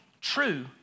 true